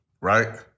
Right